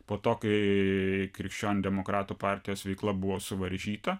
po to kai krikščionių demokratų partijos veikla buvo suvaržyta